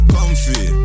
Comfy